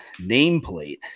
nameplate